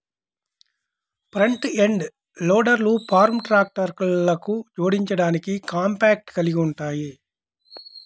front end లోడర్లు farm ట్రాక్టర్లకు జోడించడానికి కాంపాక్ట్ కలిగి ఉంటాయి